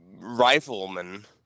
rifleman